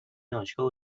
دانشگاه